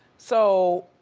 so,